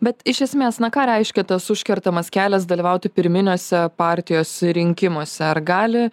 bet iš esmės na ką reiškia tas užkertamas kelias dalyvauti pirminiuose partijos rinkimuose ar gali